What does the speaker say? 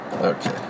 okay